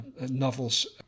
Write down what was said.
novels